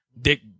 Dick